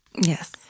Yes